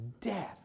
Death